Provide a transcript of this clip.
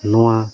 ᱱᱚᱣᱟ